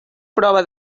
prova